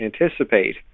anticipate